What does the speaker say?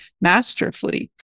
masterfully